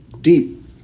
deep